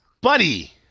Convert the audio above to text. buddy